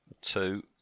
Two